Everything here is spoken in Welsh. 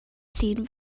llun